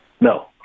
No